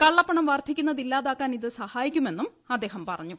കള്ളപ്പണം വർദ്ധിക്കുന്നത് ഇല്ലാതാക്കാൻ ഇത് സഹായിക്കുമെന്നും അദ്ദേഹം പറഞ്ഞു